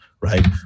right